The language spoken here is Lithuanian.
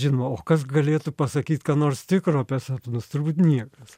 žinau o kas galėtų pasakyt ką nors tikro apie sapnus turbūt niekas